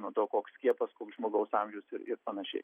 nuo to koks skiepas koks žmogaus amžius ir ir panašiai